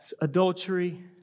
Adultery